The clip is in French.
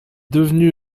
devenu